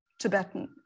Tibetan